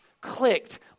clicked